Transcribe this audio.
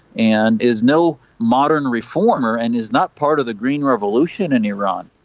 and is no modern reformer and is not part of the green revolution in iran.